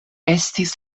estis